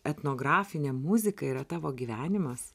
etnografinė muzika yra tavo gyvenimas